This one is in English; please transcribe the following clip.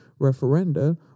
referenda